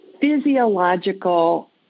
physiological